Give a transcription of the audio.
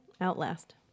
outlast